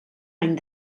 any